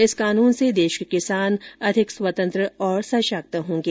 इस कानून से देश के किसान अधिक स्वतंत्र और सशक्त होंगे